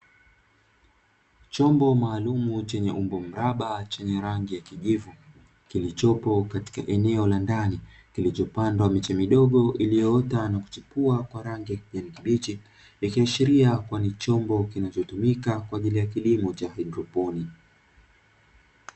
Chombo maalumu chenye umbo mraba chenye rangi ya kijivu, kilichopo katika eneo la ndani, kilichopandwa miche midogo iliyoota na kuchipua kwa rangi ya kijani kibichi, ikiashiria kuwa ni chombo kinachotumika kwa ajili ya kilimo haidroponi.